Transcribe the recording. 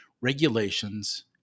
regulations